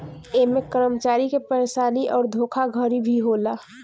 ऐमे कर्मचारी के परेशानी अउर धोखाधड़ी भी होला